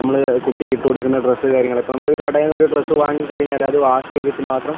നമ്മൾ കുട്ടിക്ക് ഇട്ടുകൊടുക്കുന്ന ഡ്രസ്സ് കാര്യങ്ങൾ ഇപ്പം നമ്മൾ കടയിൽനിന്ന് ഒരു ഡ്രസ്സ് വാങ്ങി കഴിഞ്ഞാല് അത് വാഷ് ചെയ്തിട്ട് മാത്രം